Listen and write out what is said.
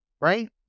Right